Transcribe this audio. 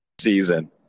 season